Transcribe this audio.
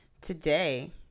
today